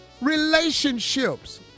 relationships